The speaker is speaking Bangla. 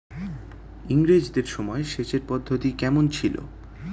ইঙরেজদের সময় সেচের পদ্ধতি কমন ছিল?